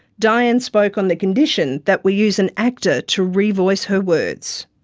diane spoke on the condition that we use an actor to revoice her words.